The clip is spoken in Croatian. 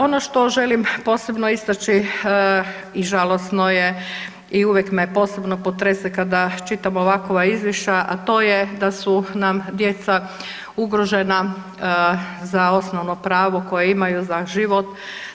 Ono što želim posebno istaći i žalosno je i uvijek me posebno potrese kada čitam ovakova izvješća, a to je da su nam djeca ugrožena za osnovno pravno koje imaju, za život,